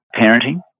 parenting